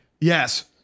Yes